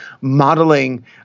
modeling